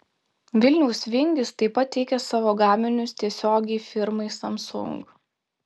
vilniaus vingis taip pat teikia savo gaminius tiesiogiai firmai samsung